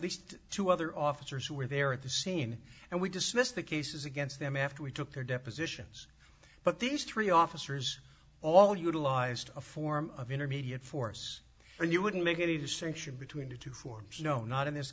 least two other officers who were there at the scene and we dismissed the cases against them after we took their depositions but these three officers all utilized a form of intermediate force and you wouldn't make any distinction between the two forms you know not in this